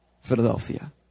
Philadelphia